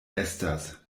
estas